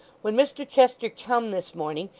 when mr chester come this morning,